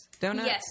Donuts